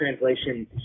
translation